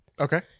Okay